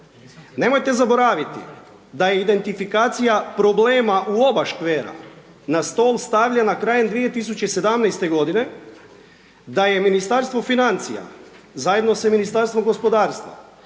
Nemojte zaboraviti da je identifikacija problema u oba škvera na stol stavljena krajem 2017.-te godine, da je Ministarstvo financija zajedno sa Ministarstvom gospodarstva,